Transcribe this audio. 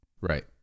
Right